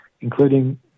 including